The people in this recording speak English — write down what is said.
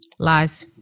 Lies